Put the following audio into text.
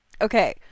okay